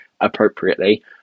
appropriately